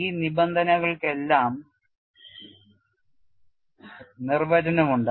ഈ നിബന്ധനകൾക്കെല്ലാം നിർവചനം ഉണ്ട്